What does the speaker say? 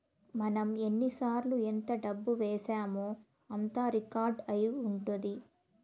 మనం ఎన్నిసార్లు ఎంత డబ్బు వేశామో అంతా రికార్డ్ అయి ఉంటది